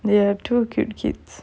there are two cute kids